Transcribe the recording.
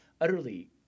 utterly